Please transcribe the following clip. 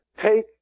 take